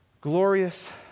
glorious